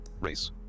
Race